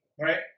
Right